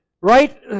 right